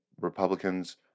Republicans